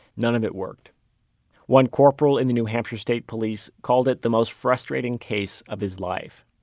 none of it worked one corporal in the new hampshire state police called it the most frustrating case of his life